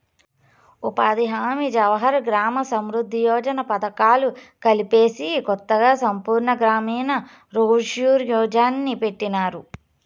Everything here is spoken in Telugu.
ఉపాధి హామీ జవహర్ గ్రామ సమృద్ది యోజన పథకాలు కలిపేసి కొత్తగా సంపూర్ణ గ్రామీణ రోజ్ ఘార్ యోజన్ని పెట్టినారు